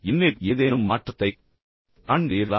என்னில் ஏதேனும் மாற்றத்தை நீங்கள் காண்கிறீர்களா